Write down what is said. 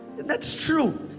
that's true.